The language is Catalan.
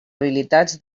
habilitats